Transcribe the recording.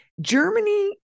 germany